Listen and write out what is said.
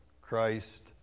Christ